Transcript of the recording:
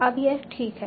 अब यह ठीक है